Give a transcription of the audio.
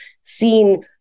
seen